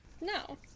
No